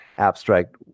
abstract